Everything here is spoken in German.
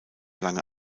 lange